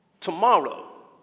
tomorrow